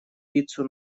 пиццу